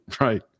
right